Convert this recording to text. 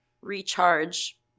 recharge